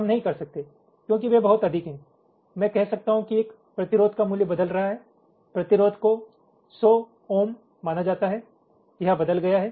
हम नहीं कर सकते क्योंकि वे बहुत अधिक हैं मैं कह सकता हूं कि एक प्रतिरोध का मूल्य बदल रहा है प्रतिरोध को 100ओम माना जाता है यह बदल गया है